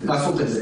לעשות את זה.